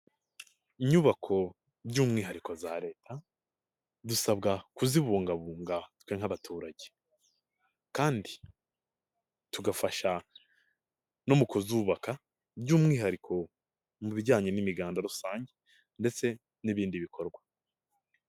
Inyubako by'umwihariko za Leta dusabwa kuzibungabunga twe nk'abaturage kandi tugafasha no mu kuzubaka by'umwihariko mu bijyanye n'imiganda rusange ndetse n'ibindi bikorwa.